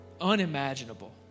Unimaginable